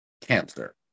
cancer